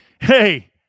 hey